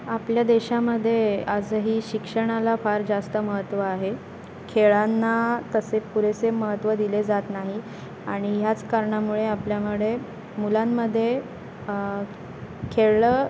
आपल्या देशामध्ये आजही शिक्षणाला फार जास्त महत्त्व आहे खेळांना तसे पुरेसे महत्त्व दिले जात नाही आणि ह्याच कारणामुळे आपल्यामध्ये मुलांमध्ये खेळलं